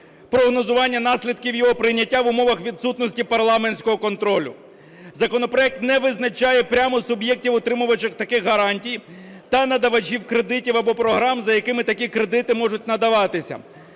прогнозування наслідків його прийняття в умовах відсутності парламентського контролю. Законопроект не визначає прямо суб'єктів отримувачів таких гарантій та надавачів кредитів або програм, за якими таки кредити можуть надаватися.